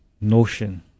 notion